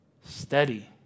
steady